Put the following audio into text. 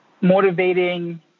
motivating